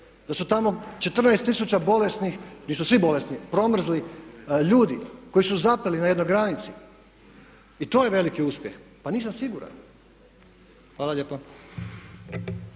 da su tamo 14000 bolesnih gdje su svi bolesni, promrzli ljudi koji su zapeli na jednoj granici. I to je veliki uspjeh. Pa nisam siguran. Hvala lijepa.